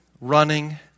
running